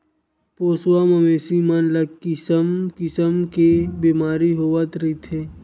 पोसवा मवेशी मन ल किसम किसम के बेमारी होवत रहिथे